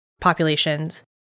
populations